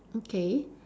okay